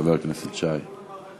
חברת הכנסת חנין זועבי